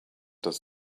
does